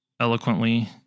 eloquently